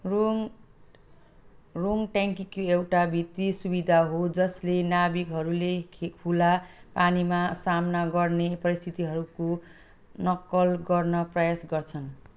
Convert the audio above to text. wrong रोङ ट्याङ्कीकी एउटा भित्री सुविधा हो जसले नाविकहरूले खे खुला पानीमा सामना गर्ने परिस्थितिहरूको नक्कल गर्न प्रयास गर्छन्